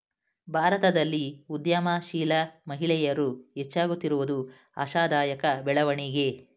ಭಾರತದಲ್ಲಿ ಉದ್ಯಮಶೀಲ ಮಹಿಳೆಯರು ಹೆಚ್ಚಾಗುತ್ತಿರುವುದು ಆಶಾದಾಯಕ ಬೆಳವಣಿಗೆ